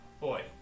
Boy